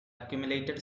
accumulated